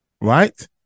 right